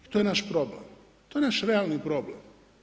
I to je naš problem, to je naš realni problem.